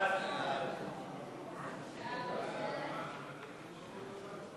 פיצויים לנפגעי תאונות דרכים (תיקון מס' 24),